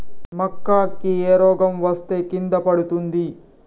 మక్కా కి ఏ రోగం వస్తే కింద పడుతుంది?